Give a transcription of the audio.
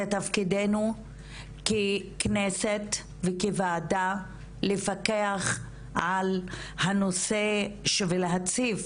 זה תפקידנו ככנסת וכוועדה לפקח על הנושא ולהציף